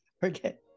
forget